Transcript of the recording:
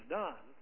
done